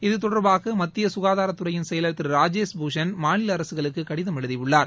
இதுதொடர்பாக மத்திய சுகாதாரத்துறையின் செயலர் திரு ராஜேஷ் புஷன் மாநில அரசுகளுக்கு கடிதம் எழுதியுள்ளார்